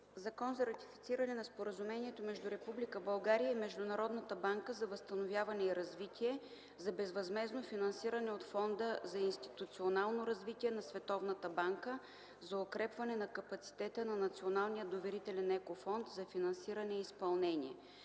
„ЗАКОН за ратифициране на Споразумението между Република България и Международната банка за възстановяване и развитие за безвъзмездно финансиране от Фонда за институционално развитие на Световната банка за укрепване на капацитета на Националния доверителен Еко Фонд (НДЕФ) за финансиране и изпълнение